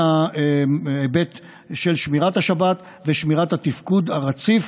ההיבט של שמירת השבת ושמירת התפקוד הרציף.